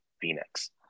Phoenix